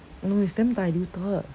no it's damn diluted